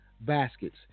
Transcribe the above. baskets